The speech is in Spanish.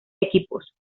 equipos